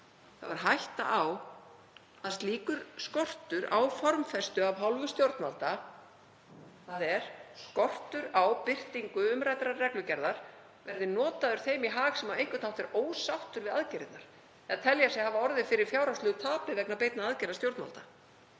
er hætta á að slíkur skortur á formfestu af hálfu stjórnvalda, þ.e. skortur á birtingu umræddrar reglugerðar, verði notaður þeim í hag sem á einhvern hátt er ósáttur við aðgerðirnar eða telur sig hafa orðið fyrir fjárhagslegu tapi vegna beinna aðgerða stjórnvalda.